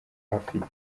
afite